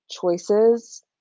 choices